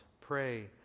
pray